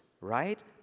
right